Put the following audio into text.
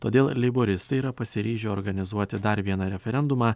todėl leiboristai yra pasiryžę organizuoti dar vieną referendumą